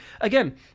Again